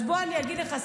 אז בוא אני אגיד לך,